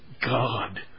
God